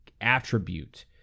attribute